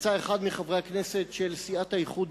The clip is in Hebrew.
יצא אחד מחברי הכנסת של סיעת האיחוד